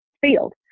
field